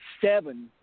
seven